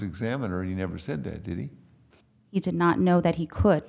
examine or you never said that you did not know that he could